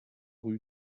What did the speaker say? rue